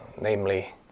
namely